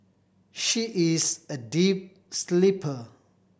she is a deep sleeper